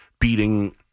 beating